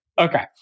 Okay